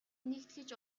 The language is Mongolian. нэгтгэж